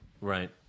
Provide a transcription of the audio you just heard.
Right